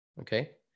Okay